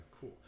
cool